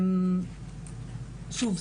שוב,